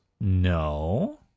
No